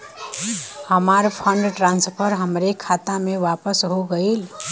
हमार fund transfer हमरे खाता मे वापस हो गईल